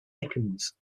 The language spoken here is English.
dickens